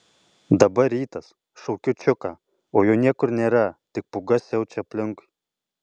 dabar rytas šaukiu čiuką o jo niekur nėra tik pūga siaučia aplinkui